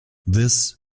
this